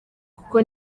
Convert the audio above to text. kuko